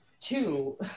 two